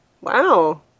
Wow